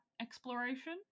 exploration